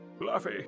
Fluffy